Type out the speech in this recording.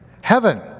Heaven